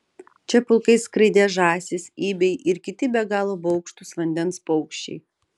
čia pulkais skraidė žąsys ibiai ir kiti be galo baugštūs vandens paukščiai